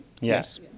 Yes